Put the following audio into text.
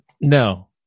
no